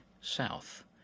South